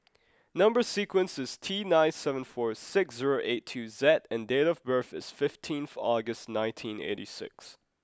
number sequence is T nine seven four six zero eight two Z and date of birth is fifteenth August nineteen eighty six